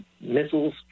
missiles